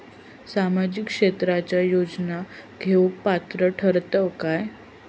सामाजिक क्षेत्राच्या योजना घेवुक पात्र ठरतव काय?